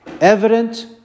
evident